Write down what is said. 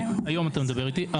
היום אתה מדבר איתי.